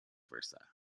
versa